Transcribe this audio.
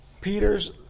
Peter's